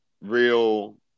real